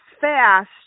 fast